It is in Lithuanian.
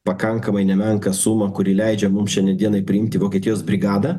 pakankamai nemenką sumą kuri leidžia mums šiandien dienai priimti vokietijos brigadą